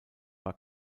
war